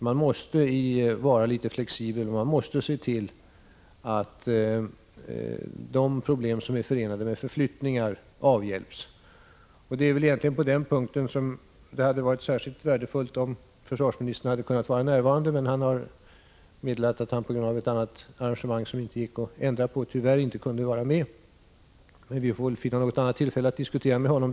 Man måste vara litet flexibel och se till att de problem som är förenade med förflyttningar avhjälps. Det är väl egentligen i fråga om denna punkt som det hade varit särskilt värdefullt om försvarsministern hade kunnat närvara. Försvarsministern har meddelat att han på grund av ett annat engagemang, som inte gick att ändra på, tyvärr inte kan vara här. Men vi får väl finna ett annat tillfälle att diskutera med honom.